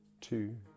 two